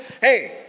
hey